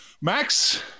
Max